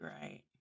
right